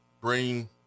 bring